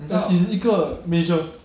as in 一个 major